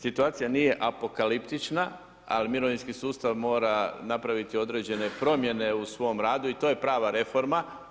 Situacija nije apokaliptična ali mirovinski sustav mora napraviti određene promjene u svom radu i to je prava reforma.